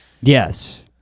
Yes